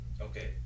Okay